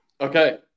Okay